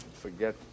Forget